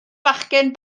fachgen